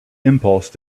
impulse